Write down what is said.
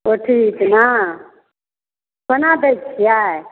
पोठी इचना कोना दै छिए